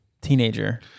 teenager